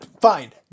Fine